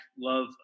Love